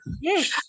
Yes